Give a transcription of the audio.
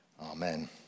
Amen